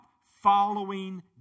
following